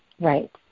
Right